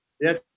Yes